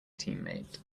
teammate